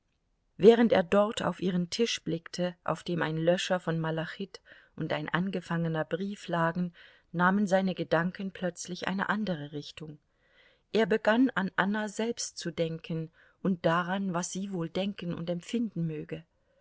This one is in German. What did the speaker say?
während er dort auf ihren tisch blickte auf dem ein löscher von malachit und ein angefangener brief lagen nahmen seine gedanken plötzlich eine andere richtung er begann an anna selbst zu denken und daran was sie wohl denken und empfinden möge